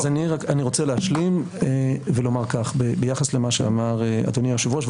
אז אני רוצה להשלים ולומר כך ביחס למה שאמר אדוני היושב-ראש,